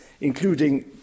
including